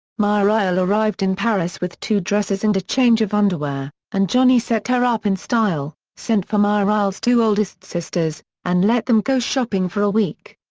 mireille arrived in paris with two dresses and a change of underwear, and johnny set her up in style, sent for mireille's two oldest sisters, and let them go shopping for a week.